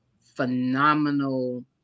phenomenal